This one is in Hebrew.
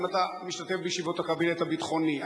האם אתה משתתף בישיבות הקבינט הביטחוני?